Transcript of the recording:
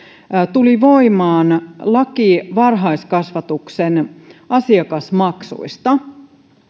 tuli voimaan laki varhaiskasvatuksen asiakasmaksuista